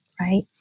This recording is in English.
right